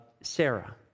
Sarah